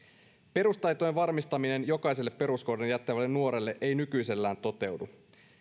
perustaitojen varmistaminen jokaiselle peruskoulun jättävälle nuorelle ei nykyisellään toteudu